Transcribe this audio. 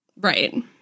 Right